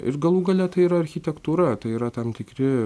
ir galų gale tai yra architektūra tai yra tam tikri